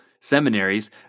seminaries